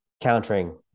countering